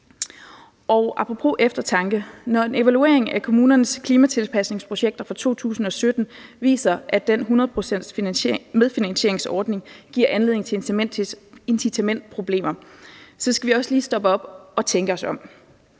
Når en evaluering af kommunernes klimatilpasningsprojekter fra 2017 viser, at den 100-procentsmedfinansieringsordning giver anledning til incitamentsproblemer, skal vi også lige stoppe op og tænke os om.